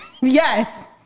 Yes